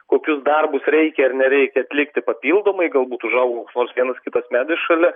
kokius darbus reikia ar nereikia atlikti papildomai galbūt užaugo koks nors vienas kitas medis šalia